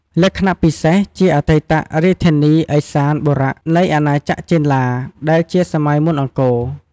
លក្ខណៈពិសេស ជាអតីតរាជធានី ឦសានបុរៈ នៃអាណាចក្រចេនឡា ដែលជាសម័យមុនអង្គរ។